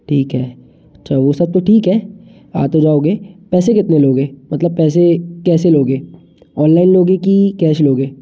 ठीक है अच्छा वो सब तो ठीक है आ तो जाओगे पैसे कितने लोगे मतलब पैसे कैसे लोगे ऑनलाइन लोगे कि कैश लोगे